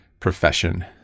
Profession